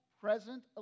present